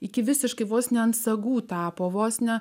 iki visiškai vos ne ant sagų tapo vos ne